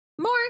more